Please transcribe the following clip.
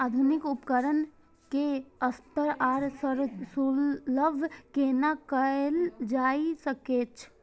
आधुनिक उपकण के सस्ता आर सर्वसुलभ केना कैयल जाए सकेछ?